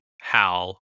Hal